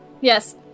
Yes